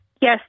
Yes